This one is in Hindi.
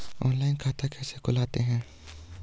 ऑनलाइन खाता कैसे खुलता है?